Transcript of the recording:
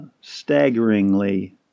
staggeringly